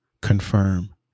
confirm